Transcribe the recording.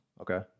Okay